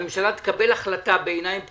היא תקבל החלטה בעיניים פקוחות,